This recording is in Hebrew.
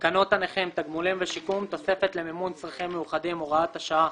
תקנות הנכים (תגמולים ושיקום)(תוספת למימון צרכים מיוחדים)(הוראת שעה),